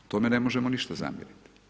Tome ne možemo ništa zamjeriti.